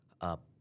up